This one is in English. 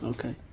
Okay